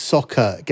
Soccer